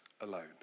alone